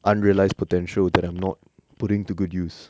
unrealized potential that I'm not putting to good use